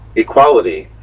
equality,